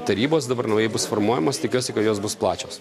tarybos dabar naujai bus formuojamos tikiuosi kad jos bus plačios